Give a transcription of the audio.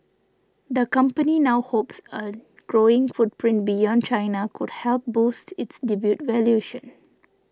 the company now hopes a growing footprint beyond China could help boost its debut valuation